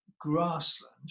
grassland